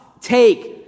take